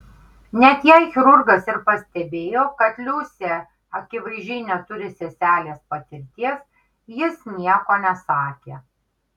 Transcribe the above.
net jei chirurgas ir pastebėjo kad liusė akivaizdžiai neturi seselės patirties jis nieko nesakė